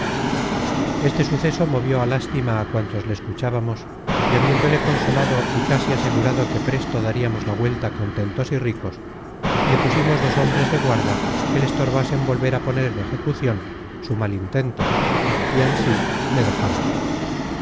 este suceso movió á lástima á cuantos le escuchábamos y habiéndole consolado y casi asegurado que presto dariamos la vuelta contentos y ricos le pusimos dos hombres de guarda que le estorbasen volver a poner en ejecucion su mal intento y ansí le dejamos